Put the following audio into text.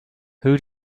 who